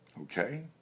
Okay